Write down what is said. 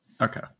Okay